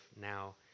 now